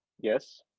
yes